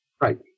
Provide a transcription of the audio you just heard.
Right